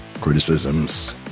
criticisms